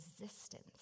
resistance